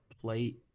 plate